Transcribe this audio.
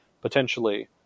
potentially